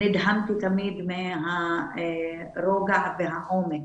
נדהמתי תמיד מהרוגע והעומק